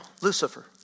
Lucifer